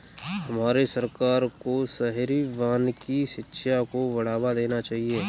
हमारे सरकार को शहरी वानिकी शिक्षा को बढ़ावा देना चाहिए